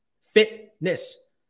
Fitness